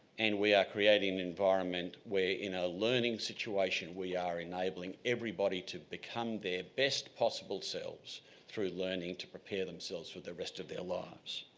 and we are creating an environment where in a learning situation we are enabling everybody to become their best possible selves through learning to prepare themselves for the rest of their lives.